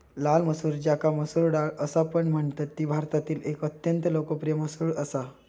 लाल मसूर ज्याका मसूर डाळ असापण म्हणतत ती भारतातील एक अत्यंत लोकप्रिय मसूर असा